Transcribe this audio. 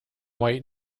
white